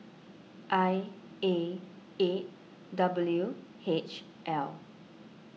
I A eight W H L